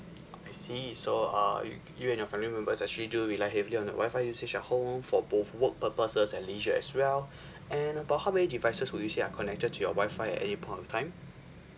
I see so uh you you and your family members actually do rely heavily on the WIFI usage at home for both work purposes and leisure as well and about how many devices would you say are connected to your Wi-Fi at any point of time